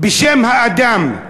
בשם האדם,